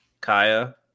Kaya